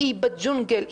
האי בג'ונגל,